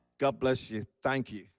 god bless you. thank you.